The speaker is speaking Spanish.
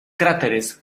cráteres